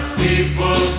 people